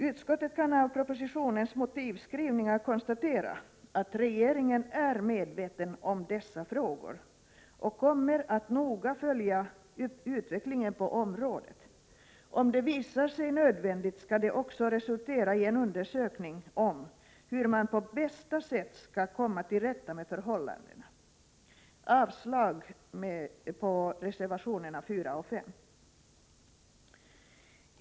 Utskottet kan av propositionens motivskrivningar konstatera att regeringen är medveten om dessa frågor och kommer att noga följa utvecklingen på området. Det kan, om det visar sig nödvändigt, resultera i en undersökning om hur man på bästa sätt skall komma till rätta med förhållandena. Avslag på reservationerna 4 och 5.